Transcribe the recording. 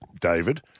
David